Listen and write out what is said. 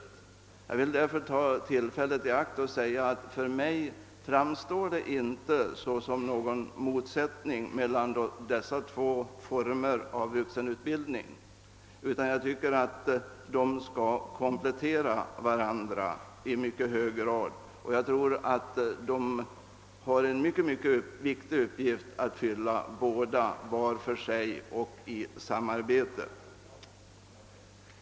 Därför vill jag ta tillfället i akt att säga att det enligt min uppfattning inte förefinns någon motsättning mellan dessa två former av vuxenutbildning. Jag anser att de skall komplettera varandra. Jag tror att de har en mycket viktig uppgift att fylla båda var för sig och i samarbete.